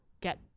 get